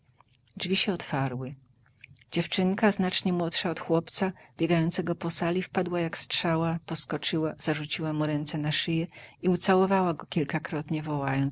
drzwi się otwarły dziewczynka znacznie młodsza od chłopca biegającego po sali wpadła jak strzała poskoczyła zarzuciła mu ręce na szyję i ucałowała go kilkakrotnie wołając